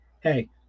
hey